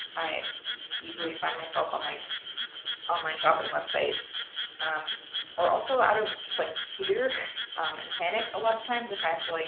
i easily find myself on like online shopping websites or also out of just like fear and panic. a lot of times if i have to